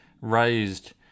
raised